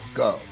go